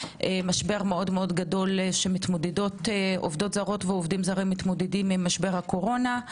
משבר מאוד גדול שעובדות זרות ועובדים זרים מתמודדים עם משבר הקורונה,